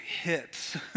hits